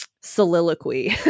soliloquy